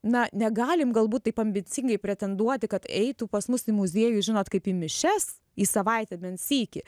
na negalim galbūt taip ambicingai pretenduoti kad eitų pas mus į muziejų žinot kaip į mišias į savaitę bent sykį